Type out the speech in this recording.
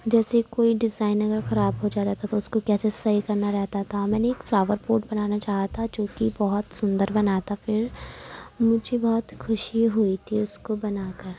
جیسے کوئی ڈیزائن اگر خراب ہو جاتا تھا تو اس کو کیسے صحیح کرنا رہتا تھا میں نے ایک فلاور پوٹ بنانا چاہا تھا جو کہ بہت سندر بناتا پھر مجھے بہت خوشی ہوئی تھی اس کو بنا کر